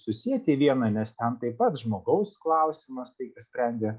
susieti į vieną nes ten taip pat žmogaus klausimas taip išsprendė